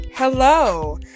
Hello